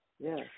Yes